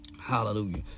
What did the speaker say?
hallelujah